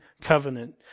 covenant